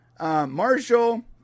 Marshall